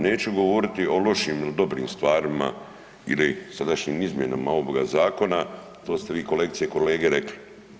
Neću govoriti o lošim ili dobrim stvarima ili sadašnjim izmjenama ovoga zakona, to ste vi kolegice i kolege, rekli.